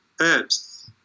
herbs